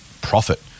profit